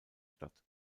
statt